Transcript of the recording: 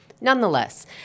Nonetheless